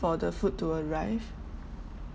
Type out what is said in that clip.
for the food to arrive